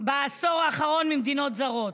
בעשור האחרון ממדינות זרות.